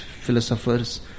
philosophers